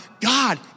God